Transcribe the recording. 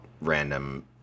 random